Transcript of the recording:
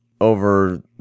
over